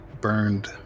burned